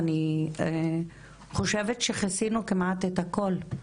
אני חושבת שכיסינו כמעט את הכול.